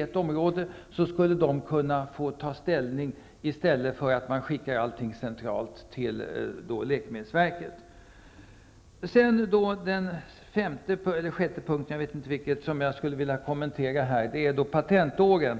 ett område få ta ställning, i stället för att skicka allting centralt till läkemedelsverket. Det var Kent Carlsson också inne på. Sedan skulle jag vilja kommentera patentåren.